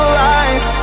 lies